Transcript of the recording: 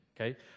okay